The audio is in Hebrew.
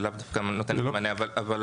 זה לאו דווקא נותן את המענה אבל כל